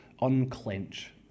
unclench